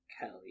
Kelly